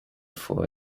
for